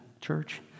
church